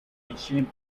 ensuing